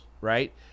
right